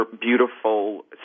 beautiful